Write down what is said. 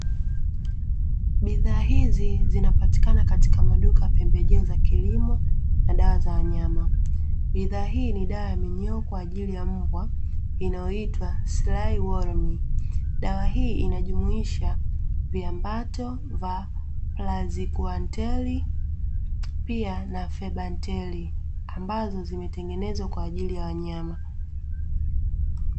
Bidhaa hizi zinapatikana katika maduka ya pembejeo za kilimo na dawa za wanyama. Bidhaa hii ni dawa ya monyoo ya mbwa iliyoandilkwa "slai warming". Dawa hii inajumuhisha viambato "plazikuanteri" pia na "ferbinter" ambazo zimetengenezwa kwaajili ya wanyam .